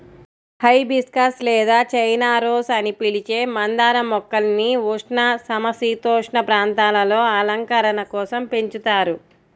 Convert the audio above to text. hibiscus లేదా China rose అని పిలిచే మందార మొక్కల్ని ఉష్ణ, సమసీతోష్ణ ప్రాంతాలలో అలంకరణ కోసం పెంచుతారు